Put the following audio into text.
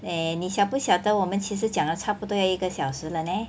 eh 你晓不晓得我们其实讲了差不多要一个小时了 leh